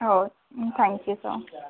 हो thank you sir